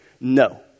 No